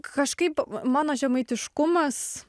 kažkaip mano žemaitiškumas